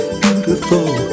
beautiful